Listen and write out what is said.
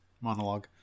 monologue